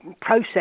process